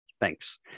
Thanks